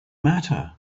matter